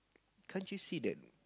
can't you see that